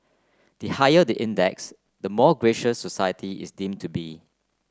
the higher the index the more gracious society is deemed to be